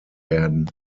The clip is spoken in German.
werden